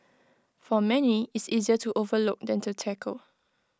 for many it's easier to overlook than to tackle